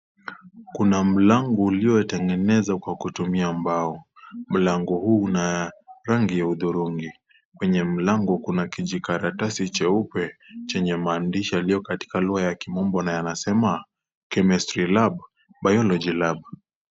Kuna mlango, uliotengenezwa kwa kutumia mbao. Mlango huu una rangi ya hudhurungi. Kwenye mlango kuna, kijikalatasi jeupe chenye maandishi katika lugha ya kimombo na yanasemaa, Chemistry lab, Biology lab .